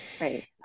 right